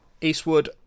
Eastwood